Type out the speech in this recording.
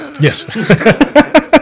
Yes